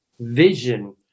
vision